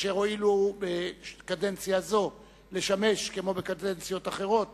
אשר הואילו לשמש בקדנציה זו, כמו בקדנציות אחרות,